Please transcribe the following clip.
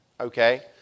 Okay